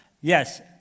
Yes